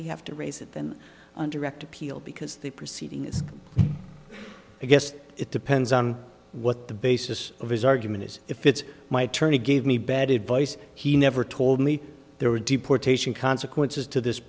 he have to raise it then on direct appeal because the proceeding is i guess it depends on what the basis of his argument is if it's my attorney gave me bad advice he never told me there were deportation consequences to this